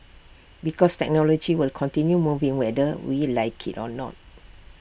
because technology will continue moving whether we like IT or not